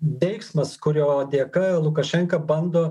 veiksmas kurio dėka lukašenka bando